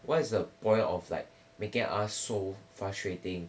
what is the point of like making us so frustrating